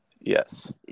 yes